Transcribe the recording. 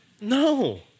No